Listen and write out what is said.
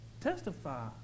Testify